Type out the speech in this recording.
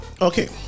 okay